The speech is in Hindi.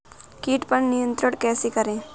कीट पर नियंत्रण कैसे करें?